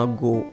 go